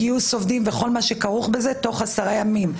גיוס עובדים וכל מה שכרוך בזה תוך עשרה ימים.